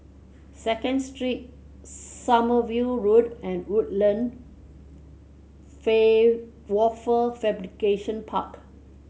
Second Street Sommerville Road and Woodland Wafer Fabrication Park